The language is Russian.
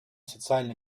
социально